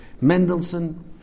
Mendelssohn